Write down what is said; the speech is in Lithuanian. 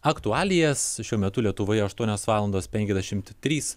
aktualijas šiuo metu lietuvoje aštuonios valandos penkiasdešimt trys